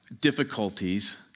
difficulties